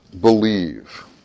believe